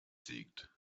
siegt